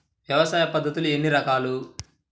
వ్యవసాయ పద్ధతులు ఎన్ని రకాలు?